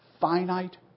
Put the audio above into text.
finite